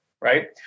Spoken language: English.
right